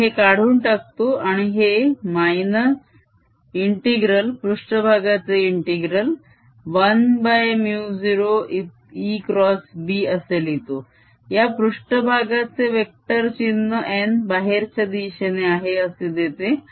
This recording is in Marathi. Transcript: मी हे काढून टाकतो आणि हे ∫ पृष्ट्भागाचे ∫1μ0ExB असे लिहितो या पृष्ट्भागाचे वेक्टर चिन्ह n बाहेरच्या दिशेने आहे असे देते